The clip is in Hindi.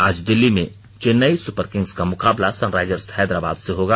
आज दिल्ली में चेन्नई सुपरकिंग्स का मुकाबला सनराइजर्स हैदराबाद से होगा